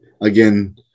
again